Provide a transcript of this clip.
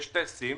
יש טייסים